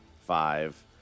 five